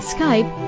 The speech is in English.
Skype